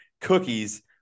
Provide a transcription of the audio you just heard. cookies